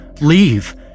Leave